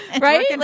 Right